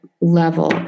level